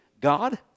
God